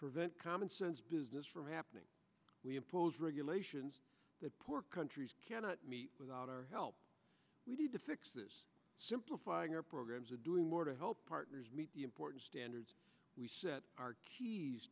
prevent commonsense business from happening we impose regulations that poor countries cannot meet without our help we need to fix this simplifying our programs and doing more to help partners meet the important standards we set our keys